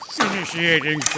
initiating